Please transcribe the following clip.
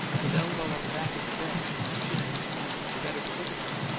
his elbow on the back of the bench and his chin on his hand, the better to look at her,